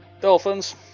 Dolphins